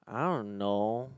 I don't know